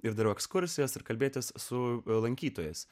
ir dariau ekskursijas ir kalbėtis su lankytojais